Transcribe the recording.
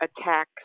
attack